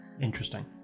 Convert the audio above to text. Interesting